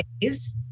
days